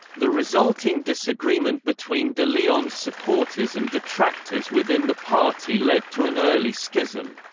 the resulting disagreement between de leon's supporters and detractors within the party led to an early schism.